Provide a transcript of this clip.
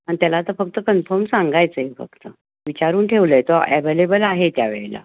आणि त्याला आता फक्त कन्फर्म सांगायचं आहे फक्त विचारून ठेवलं आहे तो एवेलेबल आहे त्यावेळेला